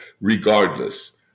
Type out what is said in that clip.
regardless